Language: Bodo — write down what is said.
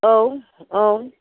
औ औ